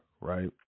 right